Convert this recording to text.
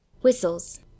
WHISTLES